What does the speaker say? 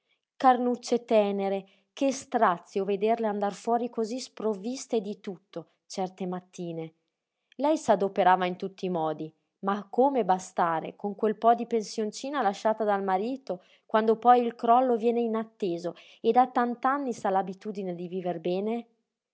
carnucce tènere che strazio vederle andar fuori cosí sprovviste di tutto certe mattine lei s'adoperava in tutti i modi ma come bastare con quel po di pensioncina lasciata dal marito quando poi il crollo viene inatteso e da tant'anni s'ha l'abitudine di viver bene